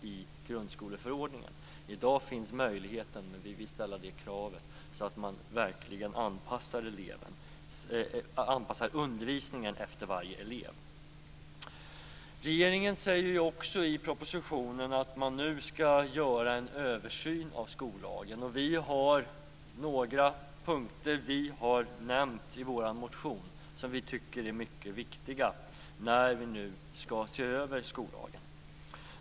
I dag finns den möjligheten, men vi vill ställa det kravet så att man verkligen anpassar undervisningen efter varje elev. Regeringen säger ju också i propositionen att man nu skall göra en översyn av skollagen. Vi har några punkter som vi har nämnt i vår motion som vi tycker är mycket viktiga när vi nu skall se över skollagen.